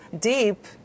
deep